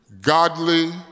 godly